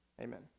Amen